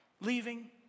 leaving